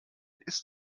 ist